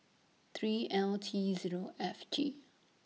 three L T Zero F G